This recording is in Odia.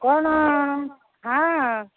କ'ଣ ହଁ